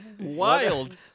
wild